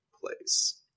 place